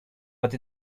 but